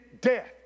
death